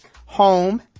home